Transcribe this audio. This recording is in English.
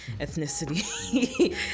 ethnicity